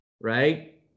right